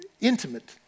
intimate